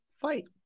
Fight